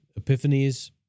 Epiphanies